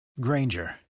Granger